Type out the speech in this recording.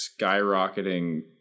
skyrocketing